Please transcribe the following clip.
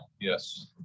Yes